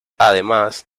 además